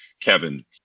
Kevin